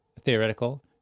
theoretical